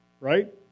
Right